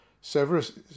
Severus